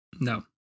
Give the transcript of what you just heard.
No